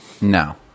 No